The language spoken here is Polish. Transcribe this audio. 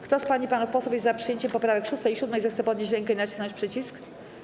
Kto z pań i panów posłów jest za przyjęciem poprawek 6. i 7., zechce podnieść rękę i nacisnąć przycisk.